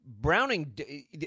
Browning